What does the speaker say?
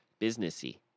businessy